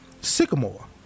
Sycamore